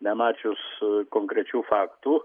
nemačius konkrečių faktų